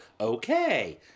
okay